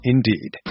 Indeed